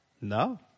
No